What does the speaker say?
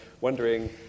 wondering